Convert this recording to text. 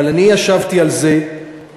אבל אני ישבתי על זה וראיתי,